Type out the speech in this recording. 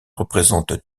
représente